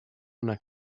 una